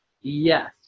Yes